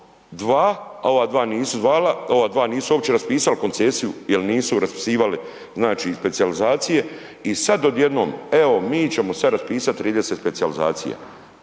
zvala, ova 2 nisu uopće raspisali koncesiju jel nisu raspisivali, znači, specijalizacije i sad odjednom, evo, mi ćemo sad raspisati 30 specijalizacija,